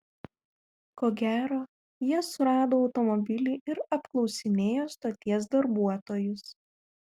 ko gero jie surado automobilį ir apklausinėjo stoties darbuotojus